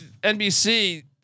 NBC